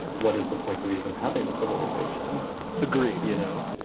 what is the point of even having a civilization agreed, you know?